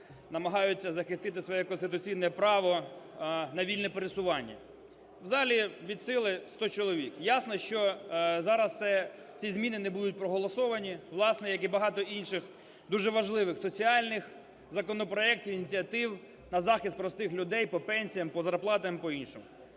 намагаються захистити своє конституційне право на вільне пересування. В залі від сили 100 чоловік. Ясно, що зараз ці зміни не будуть проголосовані, власне як і багато інших дуже важливих соціальних законопроектів, ініціатив на захист простих людей по пенсіям, по зарплатам і по іншому.